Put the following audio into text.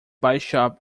bishop